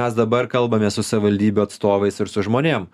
mes dabar kalbame su savivaldybių atstovais ir su žmonėm